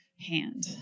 hand